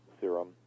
serum